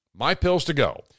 MyPillsToGo